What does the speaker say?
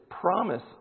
Promise